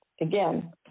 Again